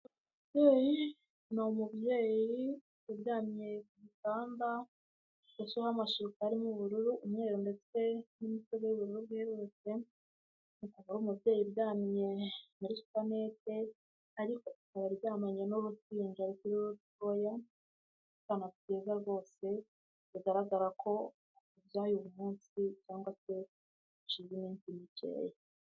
Umubyeyi, ni umubyeyi uryamye ku gitanda gisasheho amashuka arimo ubururu, umweru ndetse intebe y'ubururu bwerurutse, umubyeyi uryamye muri supanete ariko aryamanye n'uruhinja rukiri rutoya, akana keza rwose, bigaragara ko yabyaye uyu munsi cyangwa se haciyeho iminsi mikeya.